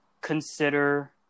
consider